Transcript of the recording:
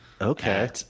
Okay